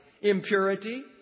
impurity